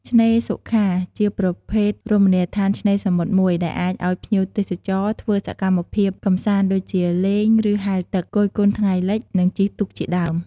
ឆ្នេរសុខា ជាប្រភេទរមណីយដ្ខានឆ្នេរសមុទ្រមួយ ដែលអាចឲ្យភ្ញៀវទេសចរធ្វើសកម្មភាពកំសាន្តដូចជា លេងឬហែលទឹក, គយគន់ថ្ងៃលិច និងជិះទូកជាដើម។